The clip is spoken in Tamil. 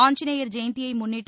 ஆஞ்சநேயர் ஜெயந்தியை முன்னிட்டு